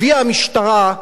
הביאה המשטרה,